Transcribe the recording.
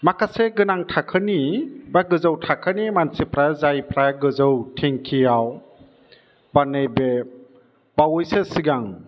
माखासे गोनां थाखोनि बा गोजौ थाखोनि मानसिफ्रा जायफ्रा गोजौ टेंकियाव बा नैबे बावैसो सिगां